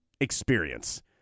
experience